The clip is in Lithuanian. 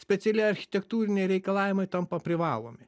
specialieji architektūriniai reikalavimai tampa privalomi